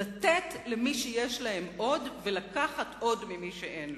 לתת למי שיש להם עוד ולקחת עוד ממי שאין לו.